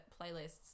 playlists